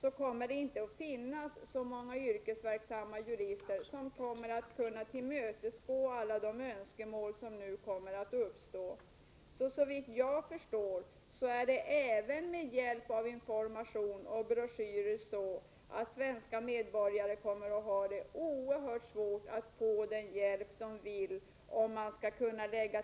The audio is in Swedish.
Det kommer därför inte att finnas så många yrkesverksamma jurister, som kan tillmötesgå alla de önskemål som nu kommer att uppstå. Såvitt jag förstår, kommer det att bli svårt för svenska medborgare — även om de har fått broschyrer och annan information — att få den hjälp de vill ha för att kunna lägga